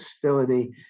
facility